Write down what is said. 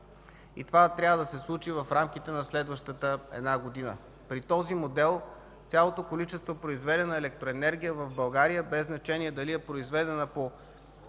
и това трябва да се случи в рамките на следващата една година. При този модел цялото количество произведена електроенергия в България, без значение дали е произведена по